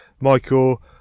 Michael